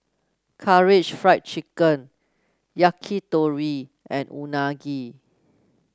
Karaage Fried Chicken Yakitori and Unagi